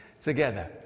together